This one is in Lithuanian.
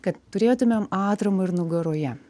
kad turėtumėm atramą ir nugaroje